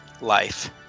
life